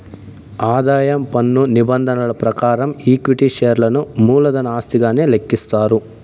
ఆదాయం పన్ను నిబంధనల ప్రకారం ఈక్విటీ షేర్లను మూలధన ఆస్తిగానే లెక్కిస్తారు